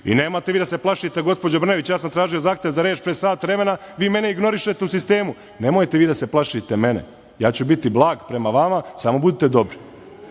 vi da se plašite, gospođo Brnabić, ja sam tražio zahtev za reč pre sat vremena, vi mene ignorišete u sistemu. Nemojte vi da se plašite mene, ja ću biti blag prema vama, samo budite dobri. Dakle,